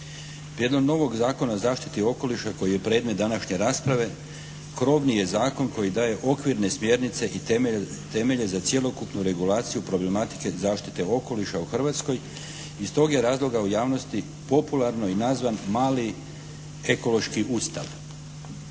Prijedlogom novog Zakona o zaštiti okoliša koji je predmet današnje rasprave krovni je zakon koji daje okvirne smjernice i temelje za cjelokupnu regulaciju problematike zaštite okoliša u Hrvatskoj i iz tog je razloga u javnosti popularno i nazvan mali ekološki ustav.